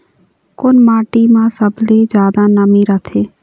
कोन माटी म सबले जादा नमी रथे?